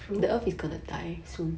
true